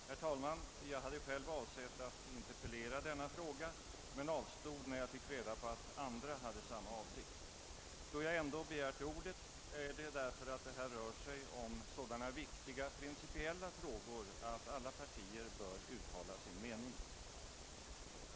Herr talman! Jag hade själv avsett att interpellera i denna sak men avstod när jag fick reda på att andra hade samma avsikt. Att jag ändå begärt ordet beror på att det rör sig om sådana viktiga principiella frågor att alla partier bör uttala sin mening.